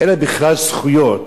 אין להם בכלל זכויות.